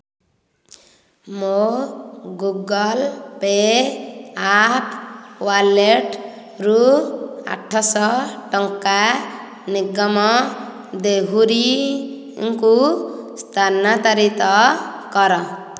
ମୋ Google pay app ୱାଲେଟ୍ରୁ ଆଠଶହ ଟଙ୍କା ନିଗମ ଦେହୁରୀଙ୍କୁ ସ୍ଥାନାନ୍ତରିତ କର